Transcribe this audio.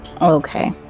Okay